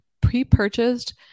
pre-purchased